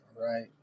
right